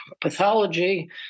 pathology